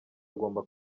agomba